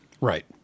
Right